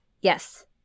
Yes